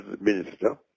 minister